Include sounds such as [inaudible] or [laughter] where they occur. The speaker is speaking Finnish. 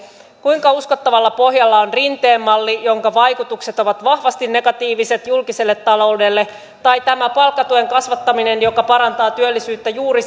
kuinka uskottavalla pohjalla on rinteen malli jonka vaikutukset ovat vahvasti negatiiviset julkiselle taloudelle tai tämä palkkatuen kasvattaminen joka parantaa työllisyyttä juuri [unintelligible]